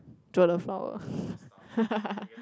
draw a flower